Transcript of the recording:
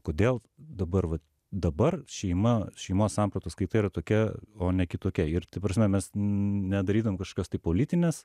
kodėl dabar vat dabar šeima šeimos sampratos kaita yra tokia o ne kitokia ir ta prasme mes nedarydavom kažkokios tai politinės